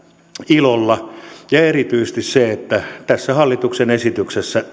ilolla ja erityisesti sitä että tässä hallituksen esityksessä